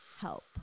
help